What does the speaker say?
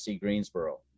Greensboro